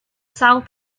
sawl